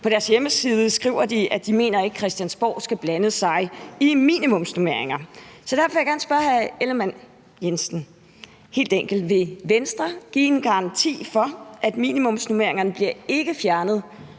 På deres hjemmeside skriver de, at de ikke mener, Christiansborg skal blande sig i minimumsnormeringer. Derfor vil jeg gerne spørge hr. Jakob Ellemann-Jensen helt enkelt: Vil Venstre give en garanti for, at minimumsnormeringerne ikke bliver fjernet